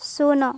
ଶୂନ